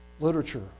literature